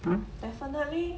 definitely